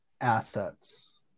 assets